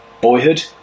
Boyhood